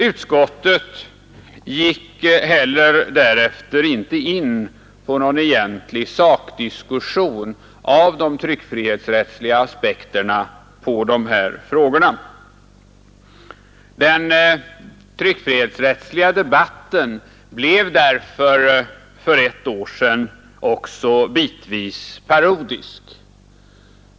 Utskottet gick därefter inte heller in på någon egentlig sakdiskussion om de tryckfrihetsrättsliga aspekterna på dessa frågor. Den tryckfrihetsrättsliga debatten blev därför för ett år sedan också bitvis parodisk.